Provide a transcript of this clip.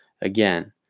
Again